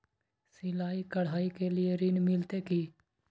सिलाई, कढ़ाई के लिए ऋण मिलते की?